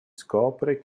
scopre